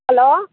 hello